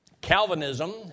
Calvinism